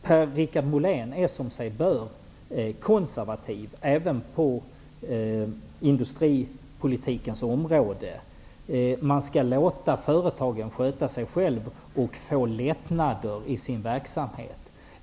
Per-Richard Molén är, som sig bör, konservativ även på industripolitikens område. Man skall låta företagen sköta sig själva och ge dem lättnader i deras verksamhet.